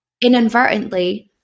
inadvertently